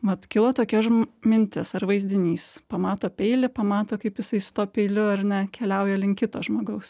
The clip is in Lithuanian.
mat kilo tokia žm mintis ar vaizdinys pamato peilį pamato kaip jisai su tuo peiliu ar ne keliauja link kito žmogaus